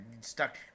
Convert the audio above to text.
stuck